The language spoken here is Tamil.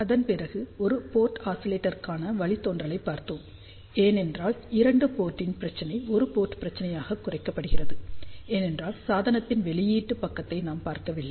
அதன்பிறகு ஒரு போர்ட் ஆஸிலேட்டருக்கான வழித்தோன்றலைப் பார்த்தோம் ஏனென்றால் இரண்டு போர்ட் ன் பிரச்சினை ஒரு போர்ட் பிரச்சினையாகக் குறைக்கப்பட்டது ஏனென்றால் சாதனத்தின் வெளியீட்டு பக்கத்தை நாம் பார்க்கவில்லை